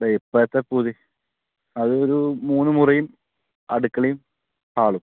ഇപ്പോത്തെ പുതു അതൊരു മൂന്നു മുറിയും അടുക്കളയും ഹാളും